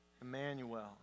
Emmanuel